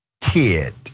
kid